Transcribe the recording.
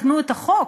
תקנו את החוק,